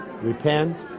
Repent